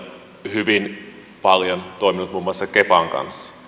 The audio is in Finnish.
hyvin paljon toiminut muun muassa kepan kanssa